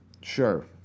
Sure